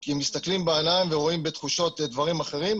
כי הם מסתכלים בעניים ורואים בתחושות דברים אחרים,